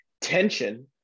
tension